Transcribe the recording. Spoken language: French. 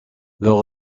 leurs